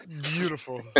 Beautiful